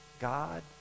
God